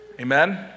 Amen